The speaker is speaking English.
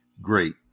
great